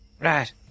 Right